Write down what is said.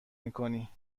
میکنی